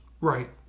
right